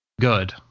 good